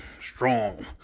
strong